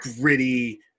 gritty